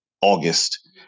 August